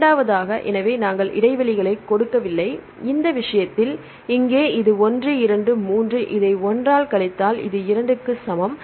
இரண்டாவதாக எனவே நாங்கள் இடைவெளிகளைக் கொடுக்கவில்லை எனவே இந்த விஷயத்தில் இங்கே இது 1 2 3 இதை 1 ஆல் கழித்தால் இது 2 க்கு சமம்